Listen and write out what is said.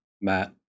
Matt